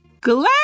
Glad